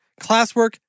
classwork